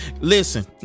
listen